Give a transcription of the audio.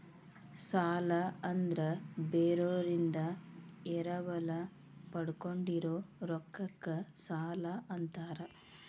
ಸಾಲ ಅಂದ್ರ ಬೇರೋರಿಂದ ಎರವಲ ಪಡ್ಕೊಂಡಿರೋ ರೊಕ್ಕಕ್ಕ ಸಾಲಾ ಅಂತಾರ